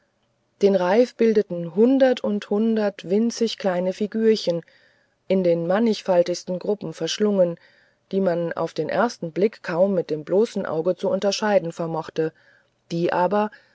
den reif bildeten hundert und hundert winzig kleine figürchen in den mannigfaltigsten gruppen verschlungen die man auf den ersten blick kaum mit dem bloßen auge zu unterscheiden vermochte die aber